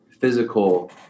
physical